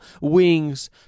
wings